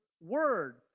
Word